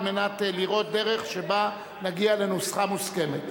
כדי לראות דרך שבה נגיע לנוסחה מוסכמת.